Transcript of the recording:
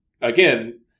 again